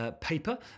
paper